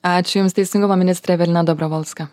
ačiū jums teisingumo ministrė evelina dobrovolska